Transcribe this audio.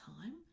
time